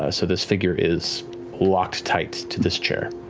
ah so this figure is locked tight to this chair.